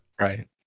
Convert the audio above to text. Right